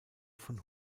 von